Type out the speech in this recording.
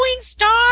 Star